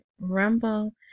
Rumble